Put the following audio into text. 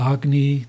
Agni